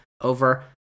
over